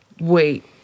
wait